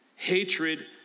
Hatred